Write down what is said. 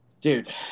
Dude